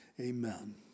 Amen